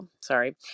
sorry